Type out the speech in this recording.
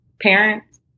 parents